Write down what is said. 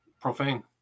Profane